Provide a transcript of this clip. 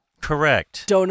Correct